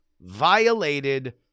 violated